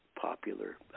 popular